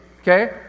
okay